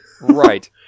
right